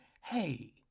hey